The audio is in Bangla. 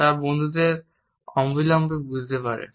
তা আমাদের বন্ধুরা অবিলম্বে বুঝতে পারে